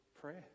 prayer